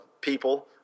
people